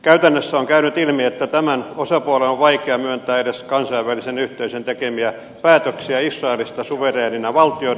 käytännössä on käynyt ilmi että tämän osapuolen on vaikea myöntää edes kansainvälisen yhteisön tekemiä päätöksiä israelista suvereenina valtiona